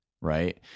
right